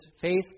faith